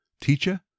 Teacher